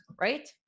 right